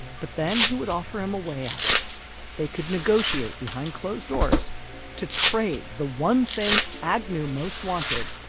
but then he would offer him a way out they could negotiate behind closed doors to trade the one thing agnew most wanted.